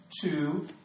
two